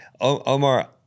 Omar